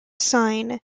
sign